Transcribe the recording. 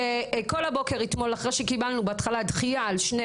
שכל הבוקר אתמול אחרי שקיבלנו בהתחלה דחיה על שתי